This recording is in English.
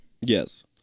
Yes